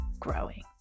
Growing